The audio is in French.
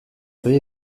ruée